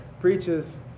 preaches